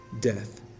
death